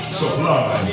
supply